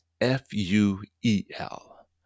F-U-E-L